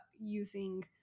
using